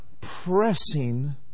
pressing